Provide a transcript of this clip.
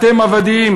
אתם עבדים,